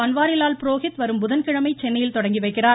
பன்வாரிலால் புரோகித் வரும் புதன்கிழமை சென்னையில் தொடங்கிவைக்கிறார்